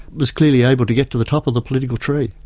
was clearly able to get to the top of the political tree.